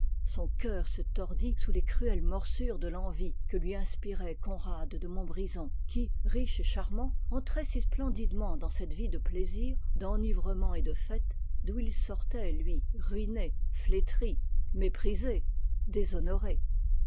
son coeur se tordit sous les cruelles morsures de l'envie que lui inspirait conrad de montbrison qui riche et charmant entrait si splendidement dans cette vie de plaisirs d'enivrement et de fête d'où il sortait lui ruiné flétri méprisé déshonoré